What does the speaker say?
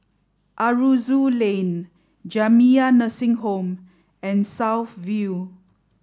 Aroozoo Lane Jamiyah Nursing Home and South View